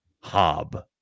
hob